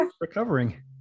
recovering